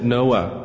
Noah